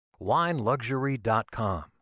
WineLuxury.com